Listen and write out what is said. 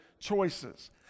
choices